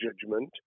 judgment